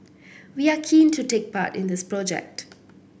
we are keen to take part in this project